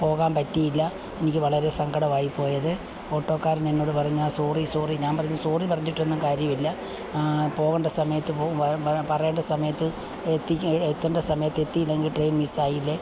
പോകാൻ പറ്റിയില്ല എനിക്ക് വളരെ സങ്കടം ആയിപ്പോയി അത് ഓട്ടോക്കാരൻ എന്നോട് പറഞ്ഞു സോറി സോറി ഞാൻ പറഞ്ഞു സോറി പറഞ്ഞിട്ടൊന്നും കാര്യം ഇല്ല പോകേണ്ട സമയത്ത് പോ പറയേണ്ട സമയത്ത് എത്തിക്കാൻ എത്തേണ്ട സമയത്ത് എത്തിയില്ലെങ്കിൽ ട്രെയിൻ മിസ്സ് ആയില്ലേ